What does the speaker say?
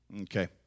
Okay